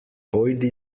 pojdi